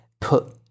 put